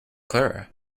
clara